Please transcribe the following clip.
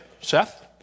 Seth